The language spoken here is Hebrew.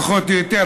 פחות או יותר,